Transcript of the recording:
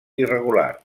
irregular